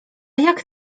jak